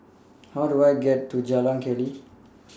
How Do I get to Jalan Keli